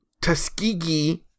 Tuskegee